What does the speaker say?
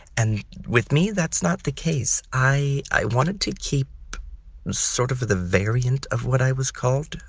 and with me that's not the case. i i wanted to keep keep sort of the variant of what i was called,